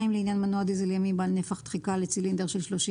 לעניין מנוע דיזל ימי בעל נפח דחיקה לצילינדר של 30